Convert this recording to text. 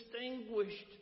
distinguished